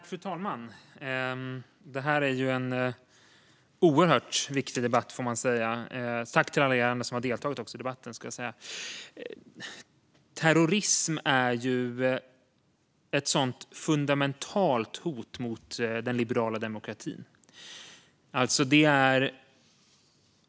Fru talman! Det här är en oerhört viktig debatt. Tack till alla er andra som har deltagit i den, vill jag säga. Terrorism är ett fundamentalt hot mot den liberala demokratin.